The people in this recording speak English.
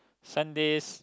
Sundays